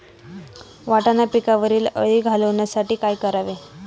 वाटाणा पिकावरील अळी घालवण्यासाठी काय करावे?